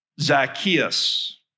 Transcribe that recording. Zacchaeus